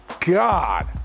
God